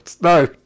No